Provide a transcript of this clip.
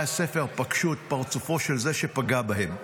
הספר פגשו את פרצופו של זה שפגע בהם.